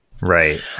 right